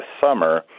summer